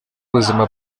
buzima